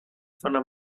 zona